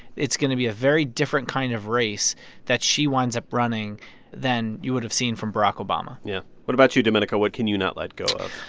it's going to be a very different kind of race that she winds up running than you would have seen from barack obama yeah. what about you, domenico? what can you not let go of?